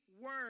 word